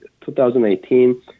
2018